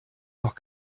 noch